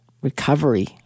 recovery